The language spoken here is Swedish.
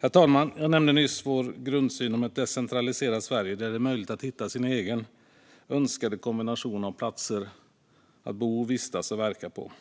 Herr talman! Jag nämnde nyss vår grundsyn om ett decentraliserat Sverige där det är möjligt att hitta sin egen önskade kombination av platser att bo, vistas och verka på.